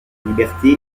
liberté